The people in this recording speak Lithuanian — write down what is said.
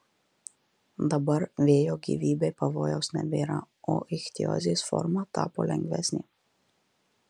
dabar vėjo gyvybei pavojaus nebėra o ichtiozės forma tapo lengvesnė